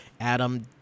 adam